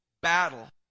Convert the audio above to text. battle